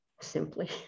simply